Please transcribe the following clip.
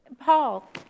Paul